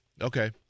Okay